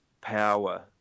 power